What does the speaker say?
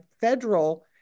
federal